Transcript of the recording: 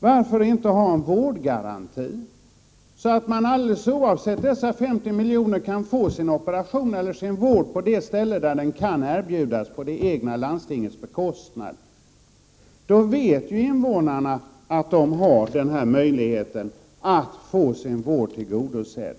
Varför inte ha en vårdgaranti, så att man alldeles oavsett dessa 50 milj.kr. kan få sin operation eller sin vård på det ställe där den kan erbjudas, på det egna landstingets bekostnad? Då vet ju invånarna att de har möjligheten att få sin vård tillgodosedd.